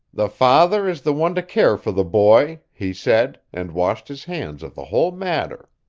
the father is the one to care for the boy he said, and washed his hands of the whole matter.